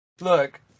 look